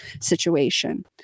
situation